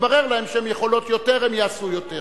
יתברר להן שהן יכולות יותר, הן יעשו יותר.